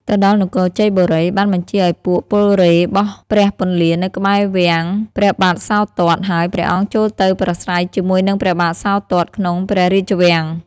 ទៅដល់នគរជ័យបូរី បានបញ្ជាឲ្យពួកពលរេហ៍ បោះព្រះពន្លានៅក្បែររាំងព្រះបាទសោទត្ត ហើយព្រះអង្គចូលទៅប្រាស្រ័យជាមួយនឹងព្រះបាទសោទត្ត ក្នុងព្រះរាជវាំង ។